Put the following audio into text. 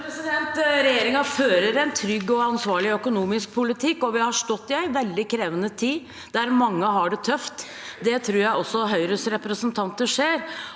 Regjeringen fører en trygg og ansvarlig økonomisk politikk. Vi har stått i en veldig krevende tid der mange har det tøft, det tror jeg også Høyres representanter ser.